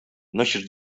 nosisz